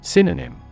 Synonym